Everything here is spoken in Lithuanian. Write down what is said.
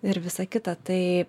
ir visa kita tai